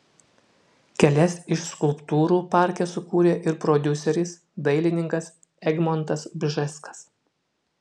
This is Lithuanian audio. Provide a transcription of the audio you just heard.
kelias iš skulptūrų parke sukūrė ir prodiuseris dailininkas egmontas bžeskas